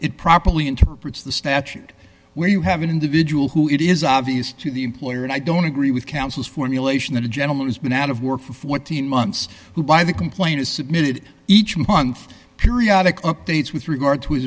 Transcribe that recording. it properly interprets the statute where you have an individual who it is obvious to the employer and i don't agree with counsel's formulation that a gentleman has been out of work for fourteen months who by the complaint is submitted each month periodic updates with regard to his